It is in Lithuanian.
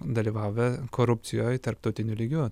dalyvavę korupcijoj tarptautiniu lygiu